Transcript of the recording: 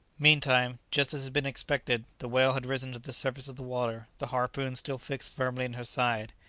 meantime, just as had been expected, the whale had risen to the surface of the water, the harpoon still fixed firmly in her side.